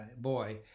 boy